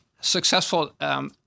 successful